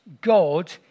God